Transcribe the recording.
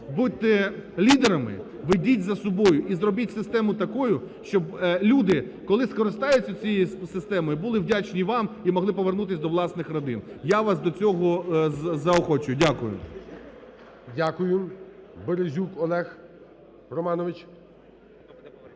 будьте лідерами, ведіть за собою і зробіть систему такою, щоб люди, коли скористаються цією системою, були вдячні вам і могли повернутись до власних родин. Я вас до цього заохочую. Дякую.